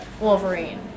Wolverine